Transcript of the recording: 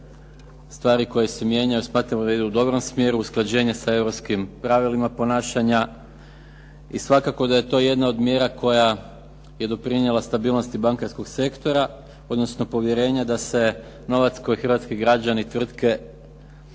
stvari koje se mijenjaju smatramo da idu u dobrom smjeru. Usklađenje sa europskim pravilima ponašanja i svakako da je to jedna od mjera koja je doprinijela stabilnosti bankarskog sektora, odnosno povjerenja da se novac koji hrvatski građani, tvrtke